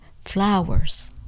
flowers